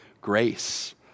grace